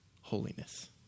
holiness